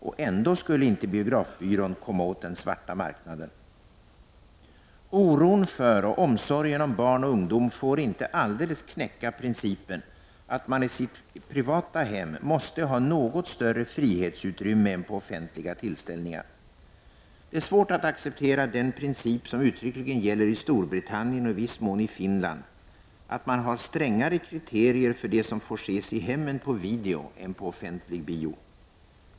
Och ändå skulle biografbyrån inte komma åt den svarta marknaden. Oron för och omsorgen om barn och ungdomar får inte alldeles knäcka principen att man i sitt privata hem måste ha något större frihetsutrymme än på offentliga tillställningar. Det är svårt att acceptera den princip som uttryckligen gäller i Storbritannien och i viss mån i Finland, att man har strängare kriterier för det som får ses i hemmen på video än på offentlig bio.